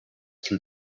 can